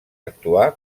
actuar